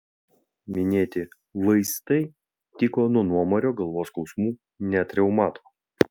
minėti vaistai tiko nuo nuomario galvos skausmų net reumato